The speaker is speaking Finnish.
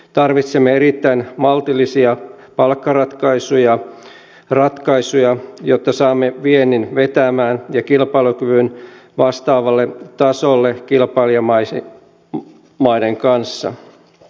tarvitsemme erittäin maltillisia palkkaratkaisuja ratkaisuja jotta saamme viennin vetämään ja kilpailukyvyn vastaavalle tasolle kilpailijamaiden kanssa